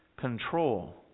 control